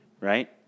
right